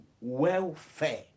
welfare